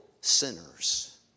sinners